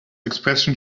expression